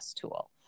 tool